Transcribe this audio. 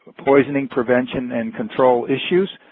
poisoning prevention and control issues,